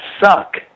suck